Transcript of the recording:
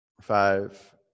five